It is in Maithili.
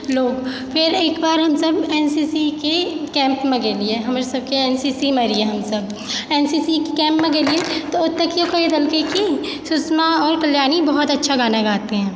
लोग फेर एहिके बाद हमसब एनसीसीके कैम्पमे गेलियै हमर सबके एन सी सी मे रहियै हमसब एन सी सी के कैम्पमे गेलियै तऽ ओतऽ केओ कहलकै कि किछु सुनाओ तुम आओर कल्याणी बहुत अच्छा गाना गाते है